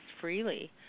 freely